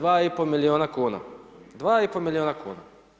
2,5 milijuna kuna, 2,5 milijuna kuna.